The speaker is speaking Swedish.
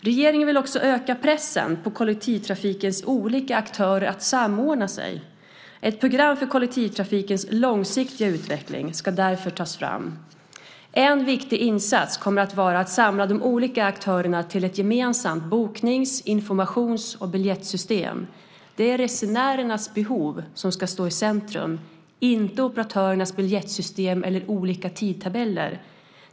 Regeringen vill också öka pressen på kollektivtrafikens olika aktörer att samordna sig. Ett program för kollektivtrafikens långsiktiga utveckling ska därför tas fram. En viktig insats kommer att vara att samla de olika aktörerna till ett gemensamt boknings-, informations och biljettsystem. Det är resenärernas behov som ska stå i centrum, inte operatörernas biljettsystem eller olika tidtabeller.